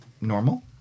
Normal